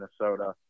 Minnesota